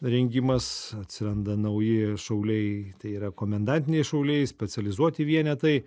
rengimas atsiranda nauji šauliai tai yra komendantiniai šauliai specializuoti vienetai